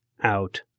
out